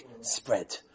spread